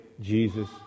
Jesus